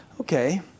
Okay